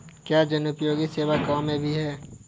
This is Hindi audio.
क्या जनोपयोगी सेवा गाँव में भी है?